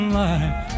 life